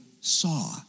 saw